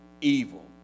evil